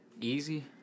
Easy